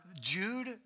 Jude